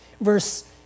Verse